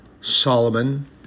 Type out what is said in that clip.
Solomon